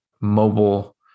mobile